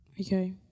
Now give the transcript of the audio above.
Okay